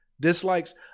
dislikes